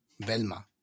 Velma